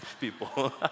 people